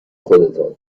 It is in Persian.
خودتان